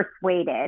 persuaded